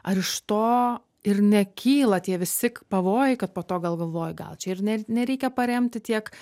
ar iš to ir nekyla tie visi pavojai kad po to gal galvoji gal čia ir nereikia paremti tiek